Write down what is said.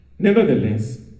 Nevertheless